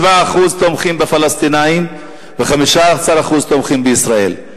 27% תומכים בפלסטינים ו-15% תומכים בישראל.